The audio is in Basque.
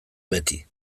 beti